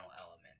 element